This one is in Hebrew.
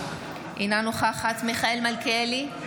אינה נוכחת מיכאל מלכיאלי,